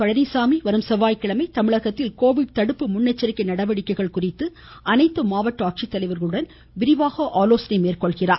பழனிசாமி வரும் செவ்வாய்கிழமை தமிழகத்தில் கோவிட் தடுப்பு முன்னெச்சரிக்கை நடவடிக்கைகள் குறித்து அனைத்து மாவட்ட ஆட்சித்தலைவர்களுடன் ஆலோசனை மேற்கொள்கிறார்